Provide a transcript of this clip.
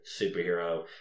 superhero